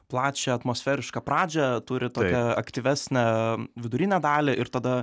plačią atmosferišką pradžią turi tokią aktyvesnę vidurinę dalį ir tada